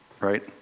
Right